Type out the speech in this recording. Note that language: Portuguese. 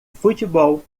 futebol